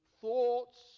thoughts